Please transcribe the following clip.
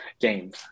games